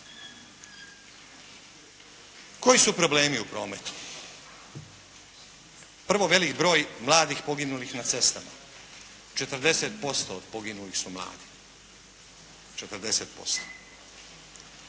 Koji su problemi u prometu? Prvo veliki broj mladih poginulih na cestama, 40% od poginulih su mladi.